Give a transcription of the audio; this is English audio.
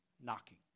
knocking